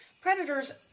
predators